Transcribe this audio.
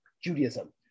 Judaism